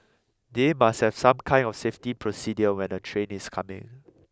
they must have some kind of safety procedure when a train is coming